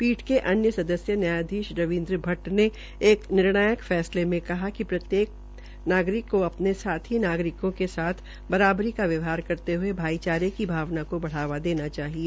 पीठ के अन्य सदस्य न्यायाधीश रविन्द्र भट्ट ने एक निर्णायक फैसले में कहा है कि प्रत्येक नागरिक को अपने साथी नागरिकों के साथ बराबरी का व्यवहार करते हुये भाईचारे की भावना को बढ़ावा देना चाहिए